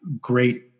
great